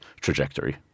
trajectory